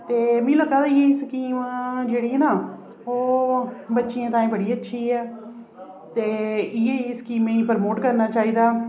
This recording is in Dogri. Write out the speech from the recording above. ते मिगी लग्गै दा एह् स्कीम जेहड़ी ना ओह् बच्चियैं ताईं बड़ी अच्छी ऐ ते इ'यै जेहियें स्कीमें ई प्रमोट करना चाहिदा